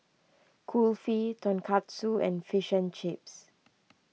Kulfi Tonkatsu and Fish and Chips